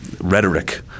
rhetoric